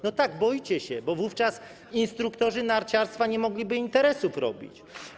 No tak, boicie się, bo wówczas instruktorzy narciarstwa nie mogliby interesów robić.